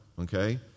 okay